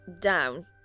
down